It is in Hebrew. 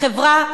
החברה,